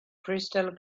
crystal